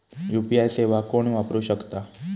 UPI सेवा कोण वापरू शकता?